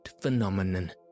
phenomenon